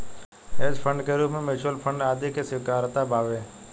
hedge fund के रूप में म्यूच्यूअल फंड आदि के स्वीकार्यता बावे